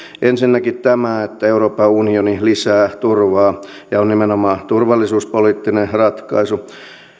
ensinnäkin tämä että euroopan unioni lisää turvaa ja on nimenomaan turvallisuuspoliittinen ratkaisu